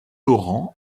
laurent